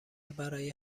برای